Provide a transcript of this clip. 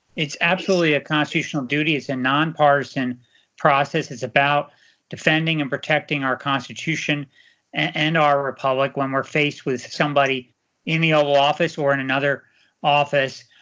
it's absolutely a constitutional duty, it's a nonpartisan process. it's about defending and protecting our constitution and our republic when we're faced with somebody in the oval office, or in another office,